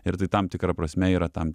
ir tai tam tikra prasme yra tam